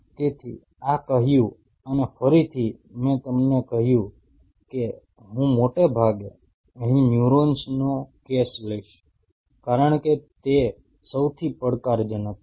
તેથી આ કહ્યું અને ફરીથી મેં તમને કહ્યું કે હું મોટે ભાગે અહીં ન્યૂરોન્સનો કેસ લઈશ કારણ કે તે સૌથી પડકારજનક છે